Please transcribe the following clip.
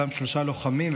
אותם שלושה לוחמים,